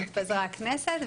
התפזרה הכנסת,